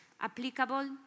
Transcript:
applicable